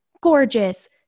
gorgeous